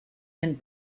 and